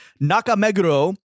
Nakameguro